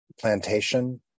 plantation